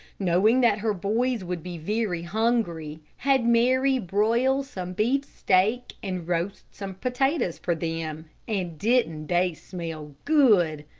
knowing that her boys would be very hungry, had mary broil some beefsteak and roast some potatoes for them and didn't they smell good!